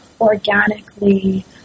organically